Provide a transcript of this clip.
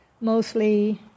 mostly